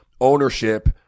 ownership